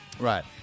right